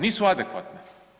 Nisu adekvatne.